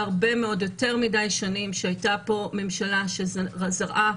יותר מדי שנים שהייתה פה ממשלה שזרעה